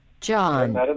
John